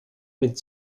mit